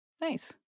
Nice